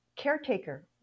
caretaker